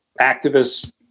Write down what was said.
activists